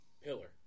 pillar